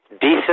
decent